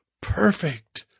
perfect